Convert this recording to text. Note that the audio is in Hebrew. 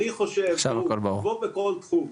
אני חושב, כמו בכל תחום,